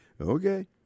Okay